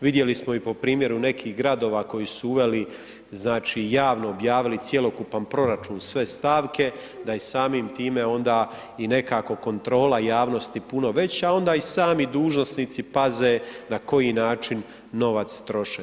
Vidjeli smo i po primjeru nekih gradova koji su uveli znači javno objavili cjelokupan proračun, sve stavke, da je samim time onda i nekako kontrola javnosti puno veća, onda i sami dužnosnici paze na koji način novac troše.